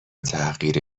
تحقیر